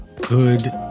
good